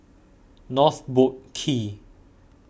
North Boat Quay